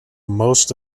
most